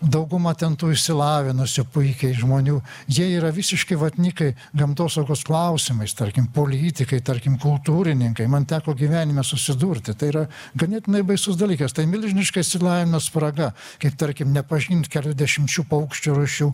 dauguma ten tų išsilavinusių puikiai žmonių jie yra visiški vatnikai gamtosaugos klausimais tarkim politikai tarkim kultūrininkai man teko gyvenime susidurti tai yra ganėtinai baisus dalykas tai milžiniška išsilavinimo spraga kaip tarkim nepažint kelių dešimčių paukščių rūšių